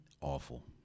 awful